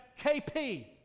KP